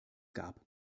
gab